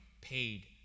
paid